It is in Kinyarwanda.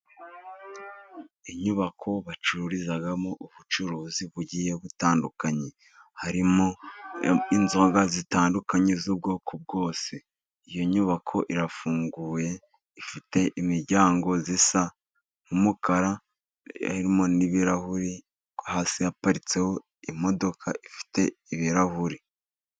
Inyubako bacururizamo ubucuruzi bugiye butandukanye. Harimo inzoga zitandukanye z'ubwoko bwose. Iyo nyubako irafunguye, ifite imiryango isa n'umukara harimo n'ibirahuri, hasi haparitseho imodoka ifite ibirahuri.